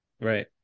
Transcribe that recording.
Right